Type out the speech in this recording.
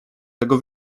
tego